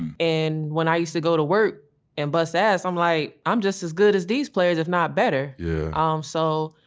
and and when i used to go to work and bust ass i'm like i'm just as good as these players, if not better. yeah ah um so,